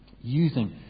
using